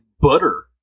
butter